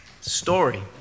story